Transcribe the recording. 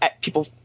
people